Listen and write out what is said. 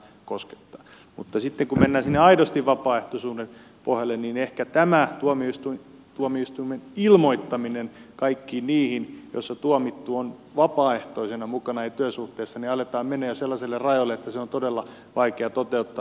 mutta sitten kun mennään sinne aidosti vapaaehtoisuuden puolelle niin ehkä tämä tuomioistuimen velvollisuus ilmoittaa kaikkiin niihin joissa tuomittu on vapaaehtoisena mukana ei työsuhteessa niin aletaan mennä jo sellaisille rajoille että se on todella vaikea toteuttaa